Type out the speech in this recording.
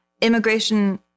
immigration